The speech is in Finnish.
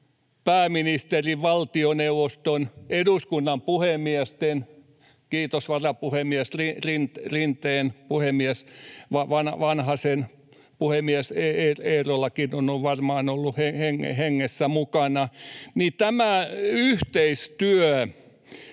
pääministerin, valtioneuvoston, eduskunnan puhemiesten — kiitos varapuhemies Rinteen, puhemies Vanhasen, puhemies Eerolakin on varmaan ollut hengessä mukana — yhteistyössä.